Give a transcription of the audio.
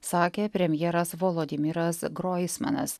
sakė premjeras volodimiras groismanas